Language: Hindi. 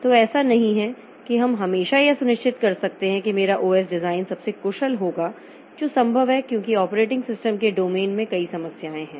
तो ऐसा नहीं है कि हम हमेशा यह सुनिश्चित कर सकते हैं कि मेरा ओएस डिजाइन सबसे कुशल होगा जो संभव है क्योंकि ऑपरेटिंग सिस्टम के डोमेन में कई समस्याएं हैं